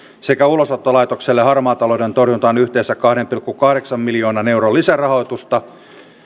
sekä ulosottolaitokselle harmaan talouden torjuntaan yhteensä kahden pilkku kahdeksan miljoonan euron lisärahoitusta